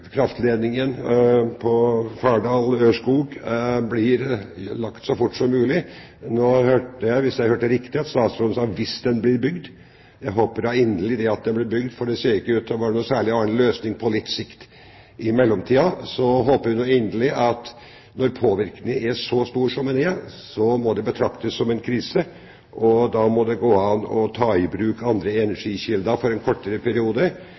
kraftledningen Fardal–Ørskog blir lagt så fort som mulig. Nå hørte jeg – hvis jeg hørte riktig – statsråden si «hvis den blir bygd». Jeg håper inderlig at den blir bygd, for det ser ikke ut til å være noen særlig annen løsning på litt sikt. I mellomtiden håper jeg inderlig at når påvirkningen er så stor som den er, må det betraktes som en krise, og da må det gå an å ta i bruk andre energikilder for en kortere periode,